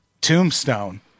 tombstone